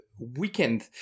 weekend